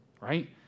right